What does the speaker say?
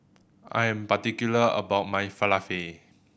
I am particular about my Falafel